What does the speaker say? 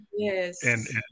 Yes